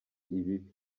ibibi